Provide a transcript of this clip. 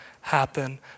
happen